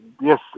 yes